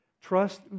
trust